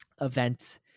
event